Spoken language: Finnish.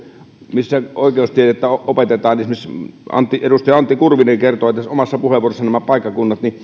missä oikeustiedettä opetetaan esimerkiksi edustaja antti kurvinen kertoi omassa puheenvuorossaan nämä paikkakunnat